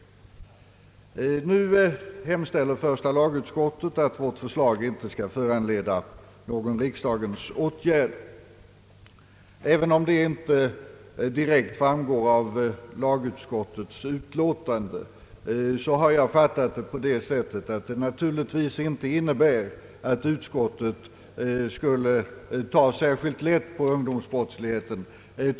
Nu hemställer första lagutskottet att vårt förslag inte skall föranleda någon riksdagens åtgärd. även om det inte direkt framgår av utskottets utlåtande har jag fattat det så att det naturligtvis inte innebär att utskottet skulle ta särskilt lätt på ungdomsbrottsligheten.